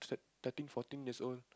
thirteen fourteen years old